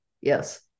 Yes